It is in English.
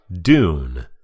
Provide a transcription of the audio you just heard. Dune